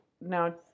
now